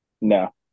No